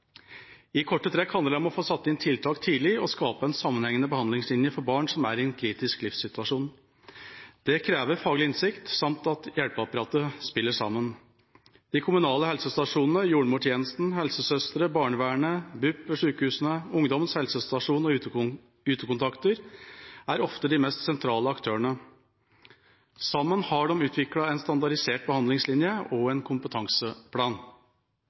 I korte trekk handler det om å få satt inn tiltak tidlig og skape en sammenhengende behandlingslinje for barn som er i en kritisk livssituasjon. Det krever faglig innsikt, samt at hjelpeapparatet spiller sammen. De kommunale helsestasjonene, jordmortjenesten, helsesøstre, barnevernet, BUP ved sykehusene, ungdommens helsestasjon og utekontakter er ofte de mest sentrale aktørene. Sammen har de utviklet en standardisert behandlingslinje og en kompetanseplan.